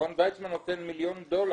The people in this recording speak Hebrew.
מכון ויצמן נותן מיליון דולר.